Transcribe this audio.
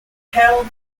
hell